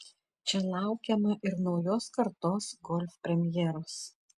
čia laukiama ir naujos kartos golf premjeros